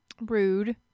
Rude